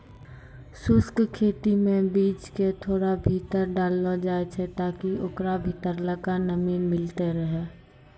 शुष्क खेती मे बीज क थोड़ा भीतर डाललो जाय छै ताकि ओकरा भीतरलका नमी मिलतै रहे